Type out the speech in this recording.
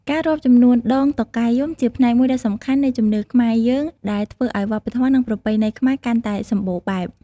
ការរាប់ចំនួនដងតុកែយំជាផ្នែកមួយដ៏សំខាន់នៃជំនឿខ្មែរយើងដែលធ្វើឲ្យវប្បធម៌ និងប្រពៃណីខ្មែរកាន់តែសម្បូរបែប។